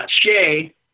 Shay